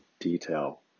detail